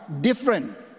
different